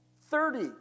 Thirty